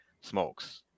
smokes